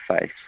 face